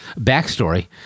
Backstory